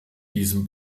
diesem